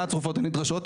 ומה הצרופות הנדרשות?